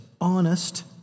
honest